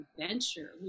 adventure